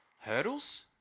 Hurdles